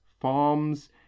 farms